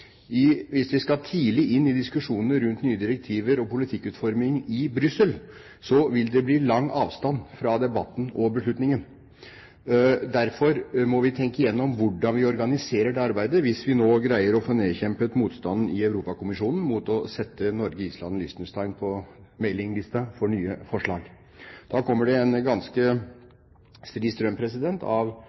Hvis vi skal tidlig inn i diskusjoner rundt nye direktiver og politikkutforming i Brussel, vil det bli lang avstand fra debatten og beslutningen. Derfor må vi tenke gjennom hvordan vi skal organisere det arbeidet, hvis vi nå greier å få nedkjempet motstanden i Europakommisjonen mot å sette Norge, Island og Liechtenstein på mailinglisten for nye forslag. Da vil det komme en ganske stri strøm